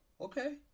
Okay